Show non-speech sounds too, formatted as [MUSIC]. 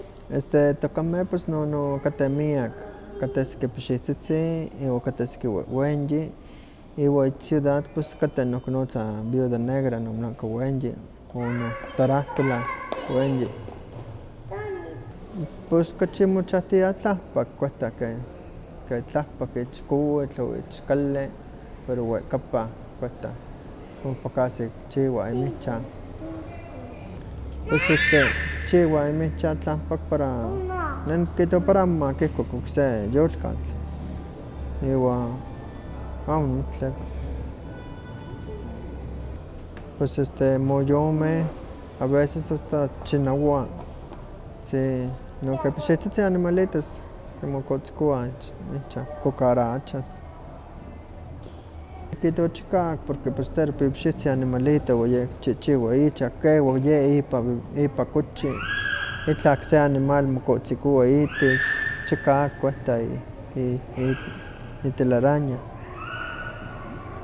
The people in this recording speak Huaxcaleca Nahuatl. Este tokameh pos pos nokateh miak, kateh siki pixihtzitzin, iwa kateh siki wehwenyi, iwa ich ciudad kateh noh kinotza viuda negra, nonanka weyi, torahkula weyi, [NOISE] pos kachi mochantiah tlahpak, kuehta ke tlahpak ich kowitl o ich kali, pero wehkapa kuehta, ompa kasi kichiwa inihcha, [NOISE] pues este kichiwa inmihcha tlakpak para [NOISE] neh nikihtowa para amo makikuak okse yolktatl, iwa amo nihmati tleka. Pues este moyomeh, a veces asta chinawa, sí, nonkeh pixihtzitzin animalitos, inon motzikowah ich inchan kokarachas, nikihtowa chikawak porque pues tero pipixihtzin animalito iwa ye kichihchiwa icha iwa kewak ye icha ipa kochi [NOISE] itla okse animal ohko motzikowa itech, [NOISE] chikawak kuehta itelaraña. [NOISE]